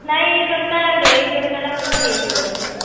ନାହିଁ ଏଇ ଜୋତାଟା ଦିଅ ଏଇ ଜୋତାଟା ମୋତେ ହେଇଯିବ ବୋଧେ